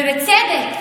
ובצדק.